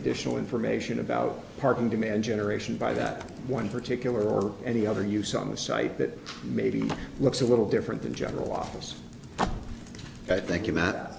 additional information about parking demand generation by that one particular or any other use on the site that maybe looks a little different than general office i thank you matt